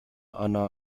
anna